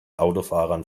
autofahrern